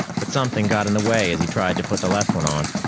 but something got in the way as he tried to put the left one on.